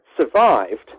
survived